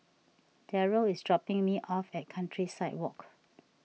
Derrell is dropping me off at Countryside Walk